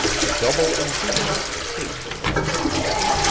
the double inducement to haste had its effect,